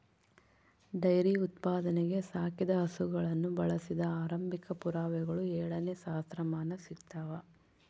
dairy ಉತ್ಪಾದನೆಗೆ ಸಾಕಿದ ಹಸುಗಳನ್ನು ಬಳಸಿದ ಆರಂಭಿಕ ಪುರಾವೆಗಳು ಏಳನೇ ಸಹಸ್ರಮಾನ ಸಿಗ್ತವ